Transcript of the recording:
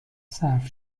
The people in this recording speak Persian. صرف